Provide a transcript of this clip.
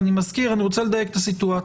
ואני מזכיר, אני רוצה לדייק את הסיטואציה.